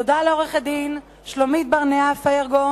תודה לעורכת-דין שלומית ברנע פרגו